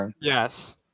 yes